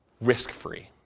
risk-free